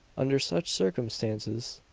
under such circumstances,